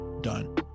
done